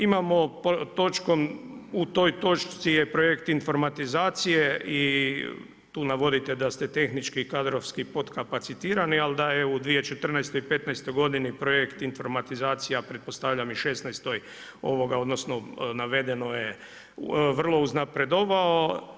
Imamo pod točkom, u toj točci je projekt informatizacije i tu navodite da ste tehnički i kadrovski podkapacitirani, ali da je u 2014. i 2015. godini projekt informatizacija, pretpostavljam i u 2016. odnosno, navedeno je vrlo uznapredovao.